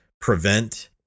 prevent